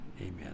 Amen